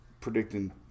predicting